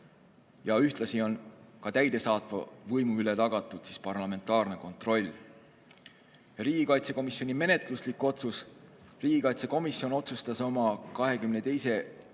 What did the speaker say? ja ühtlasi on täidesaatva võimu üle tagatud parlamentaarne kontroll. Riigikaitsekomisjoni menetluslikud otsused. Riigikaitsekomisjon otsustas oma 2021.